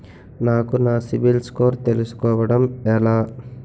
నాకు నా CIBIL score తెలుసుకోవడం ఎలా?